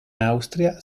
austria